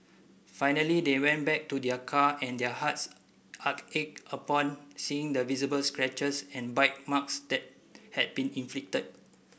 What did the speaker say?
finally they went back to their car and their hearts ached upon seeing the visible scratches and bite marks that had been inflicted